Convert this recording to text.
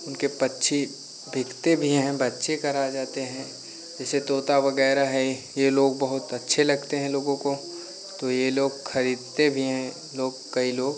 उनके पक्षी बिकते भी हैं बच्चे कराए जाते हैं जिसे तोता वगैरह है यह लोग बहुत अच्छे लगते हैं लोगों को तो यह लोग खरीदते भी हैं लोग कई लोग